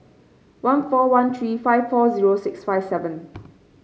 one four one three five four zero six five seven